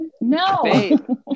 No